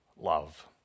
love